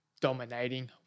dominating